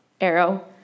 arrow